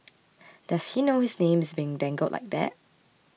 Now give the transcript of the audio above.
does he know his name is being dangled like that